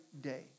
day